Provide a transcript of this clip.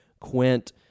Quint